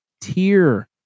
tier